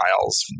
miles